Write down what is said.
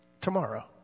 Tomorrow